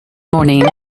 morning